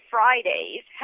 Fridays